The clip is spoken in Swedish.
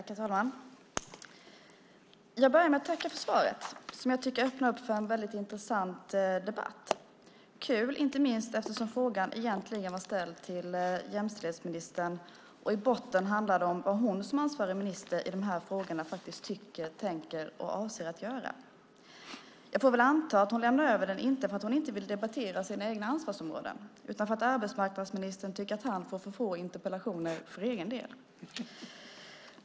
Herr talman! Jag börjar med att tacka för svaret, som jag tycker öppnar upp för en väldigt intressant debatt. Det är kul, inte minst eftersom frågan egentligen var ställd till jämställdhetsministern och i botten handlade om vad hon som ansvarig minister i de här frågorna faktiskt tycker, tänker och avser att göra. Jag får väl anta att hon lämnade över den inte för att hon inte vill debattera sina egna ansvarsområden utan för att arbetsmarknadsministern tycker att han får för få interpellationer för egen del.